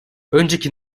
önceki